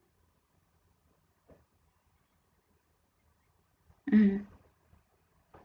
mm